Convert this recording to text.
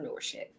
entrepreneurship